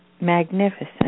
Magnificent